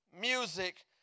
music